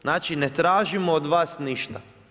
Znači ne tražimo od vas ništa.